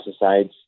pesticides